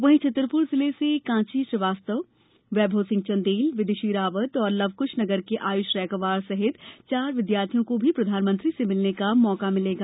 वहीं छतरपुर जिले से कांची श्रीवास्तव वैभव सिंह चन्देल विदुषी रावत और लवकुश नगर के आयुष रैकवार सहित चार विद्यार्थियों को भी प्रधानमंत्री से मिलने का मौका मिलेगा